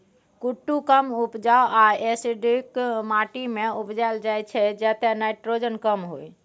कुट्टू कम उपजाऊ आ एसिडिक माटि मे उपजाएल जाइ छै जतय नाइट्रोजन कम होइ